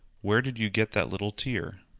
where did you get that little tear?